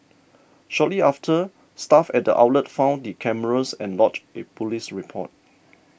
shortly after staff at the outlet found the cameras and lodged a police report